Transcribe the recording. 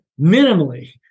minimally